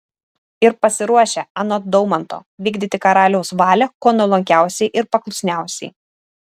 ir pasiruošę anot daumanto vykdyti karaliaus valią kuo nuolankiausiai ir paklusniausiai